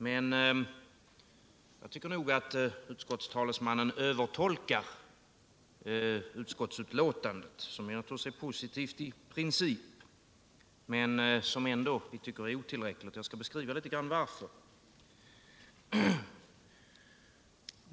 Men jag tycker att utskottstalesmannen övertolkar utskottsbetänkandet, som givetvis är positivt i princip men som jag ändå tycker är otillräckligt. Jag skall förklara varför.